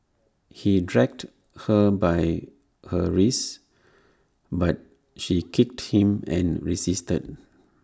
he dragged her by her wrists but she kicked him and resisted